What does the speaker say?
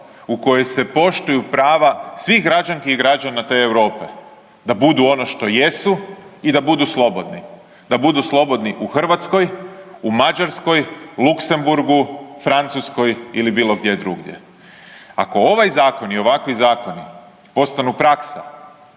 u kojem se poštuju prava svih građanki i građana te Europe da budu ono što jesu i da budu slobodni, da budu slobodni u Hrvatskoj, u Mađarskoj, u Luksemburgu, Francuskoj ili bilo gdje drugdje? Ako ovaj zakon i ovakvi zakoni postanu praksa